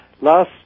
last